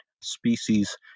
species